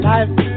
Life